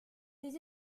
des